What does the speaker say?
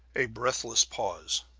a breathless pause